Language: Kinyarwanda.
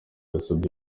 yasabye